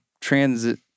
transit